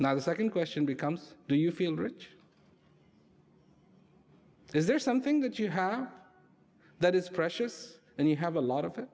now the second question becomes do you feel rich is there something that you have that is precious and you have a lot of it